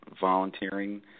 volunteering